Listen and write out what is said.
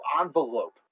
envelope